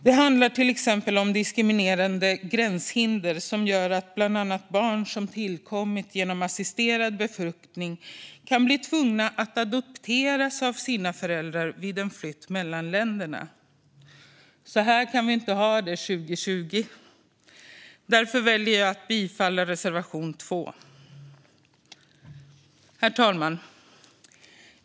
Det handlar till exempel om diskriminerande gränshinder som gör att bland andra barn som tillkommit genom assisterad befruktning kan bli tvungna att adopteras av sina föräldrar vid en flytt mellan länderna. Så här kan vi inte ha det 2020. Därför väljer jag att yrka bifall till reservation 2. Herr talman!